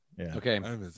Okay